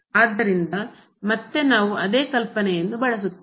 ಆದ್ದರಿಂದ ಮತ್ತೆ ನಾವು ಅದೇ ಕಲ್ಪನೆಯನ್ನು ಬಳಸುತ್ತೇವೆ